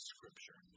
Scripture